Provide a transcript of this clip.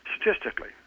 statistically